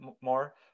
more